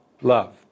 love